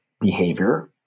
behavior